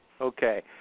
Okay